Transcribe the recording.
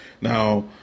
now